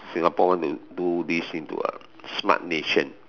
Singapore want to do this into a smart nation